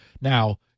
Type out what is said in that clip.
now